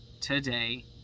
today